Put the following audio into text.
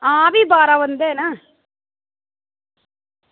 आं भी बारां बंदे न